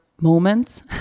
moments